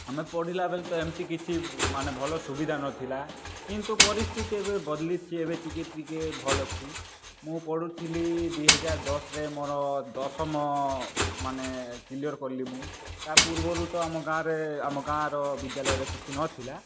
ଆମେ ପଢ଼ିଲା ବେଲେ ତ ଏମିତି କିଛି ମାନେ ଭଲ ସୁବିଧା ନଥିଲା କିନ୍ତୁ ପରିସ୍ଥିତି ଏବେ ବଦଲିଛି ଏବେ ଟିକିଏ ଟିକିଏ ଭଲ ଆଛି ମୁଁ ପଢ଼ୁଥିଲି ଦୁଇ ହଜାର ଦଶରେ ମୋର ଦଶମ ମାନେ କ୍ଲିୟର୍ କଲି ମୁଁ ତାପୂର୍ବରୁ ତ ଆମ ଗାଁରେ ଆମ ଗାଁର ବିଦ୍ୟାଳୟରେ କିଛି ନଥିଲା